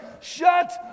shut